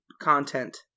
content